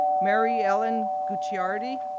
mary ellen gucciardi,